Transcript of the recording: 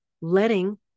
letting